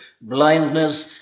Blindness